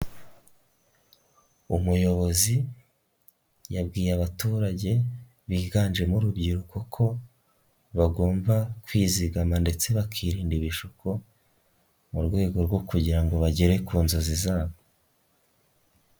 Umuyobozi yabwiye abaturage biganjemo urubyiruko ko bagomba kwizigama ndetse bakirinda ibishuko, mu rwego rwo kugira ngo bagere ku nzozi zabo.